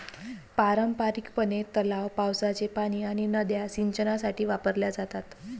पारंपारिकपणे, तलाव, पावसाचे पाणी आणि नद्या सिंचनासाठी वापरल्या जातात